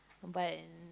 but